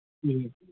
ꯎꯝ